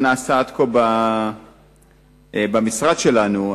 מה נעשה עד כה במשרד שלנו.